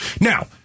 Now